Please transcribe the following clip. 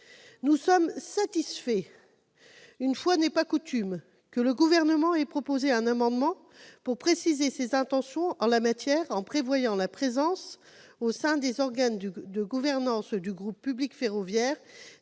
Nous sommes satisfaits- une fois n'est pas coutume -que le Gouvernement ait proposé un amendement précisant ses intentions en la matière, en prévoyant la présence, au sein des organes de gouvernance du groupe public ferroviaire,